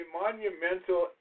monumental